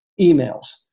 emails